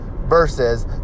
versus